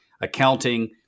accounting